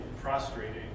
prostrating